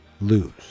lose